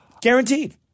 Guaranteed